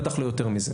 בטח לא יותר מזה.